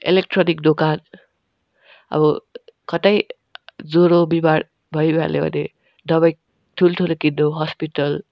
electronic दोकान अब कतै ज्वरो बिमार भइहाल्यो भने दबाई ठूल्ठुलो किन्नु हस्पिटल